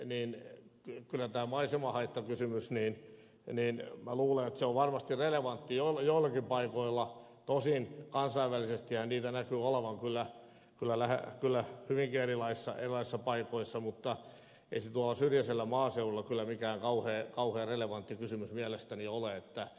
kyllä minä luulen että tämä maisemahaittakysymys on varmasti relevantti joillakin paikoilla tosin kansainvälisestihän niitä näkyy olevan kyllä hyvinkin erilaisissa paikoissa mutta ei se tuolla syrjäisellä maaseudulla kyllä mikään kauhean relevantti kysymys mielestäni ole